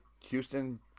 Houston